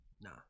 Nah